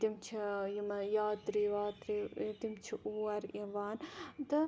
تِم چھِ یِم یاتری واتری تِم چھِ اور یِوان تہٕ